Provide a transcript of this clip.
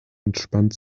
entspannt